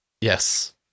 Yes